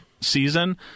season